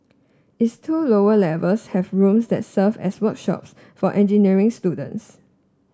its two lower levels have rooms that serve as workshops for engineering students